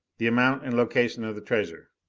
the amount and location of the treasure.